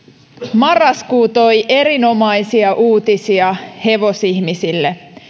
marraskuu toi erinomaisia uutisia hevosihmisille